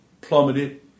plummeted